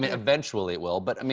eventually, it will, but i mean